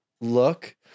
look